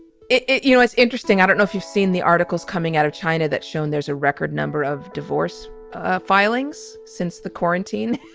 it it you know, it's interesting. i don't know if you've seen the articles coming out of china that shown there's a record number of divorce filings since the quarantine